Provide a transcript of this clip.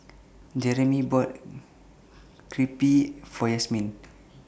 Jeramy bought Crepe For Yasmine